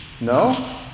No